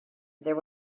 there